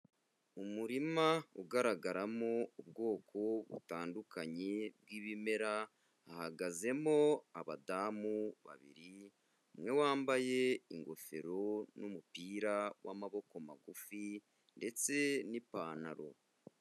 Umurima ugaragaramo ubwoko butandukanye bw'ibimera, hahagazemo abadamu babiri, umwe wambaye ingofero n'umupira w'amaboko magufi ndetse n'ipantaro.